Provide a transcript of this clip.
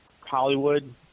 Hollywood